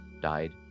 died